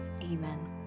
amen